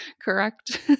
Correct